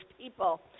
people